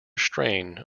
strain